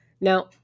Now